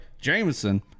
Jameson